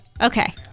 Okay